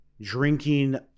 drinking